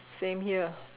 same here